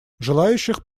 желающих